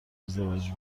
ازدواج